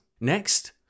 Next